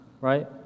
right